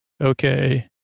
Okay